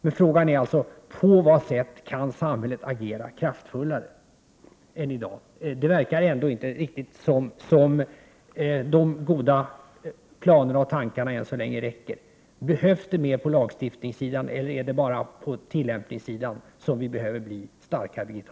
Men frågan är: På vad sätt kan samhället agera kraftfullare än i dag? Det verkar ändå som om de goda planerna och tankarna inte räcker till. Behövs det mer av miljölagstiftning eller är det i fråga om tillämpningen vi behöver ha en skärpning?